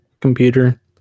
computer